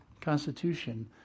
constitution